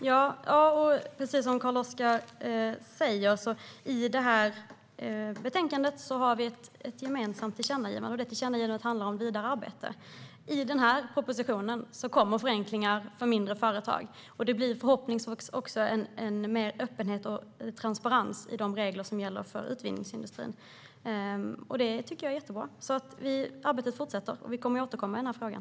Herr talman! Precis som Carl-Oskar säger har vi i betänkandet ett gemensamt tillkännagivande. Det tillkännagivandet handlar om vidare arbete. I propositionen kommer förslag om förenklingar för mindre företag. Förhoppningsvis blir det också mer öppenhet och transparens i de regler som gäller för utvinningsindustrin. Det tycker jag är jättebra. Arbetet fortsätter, och vi kommer att återkomma i frågan.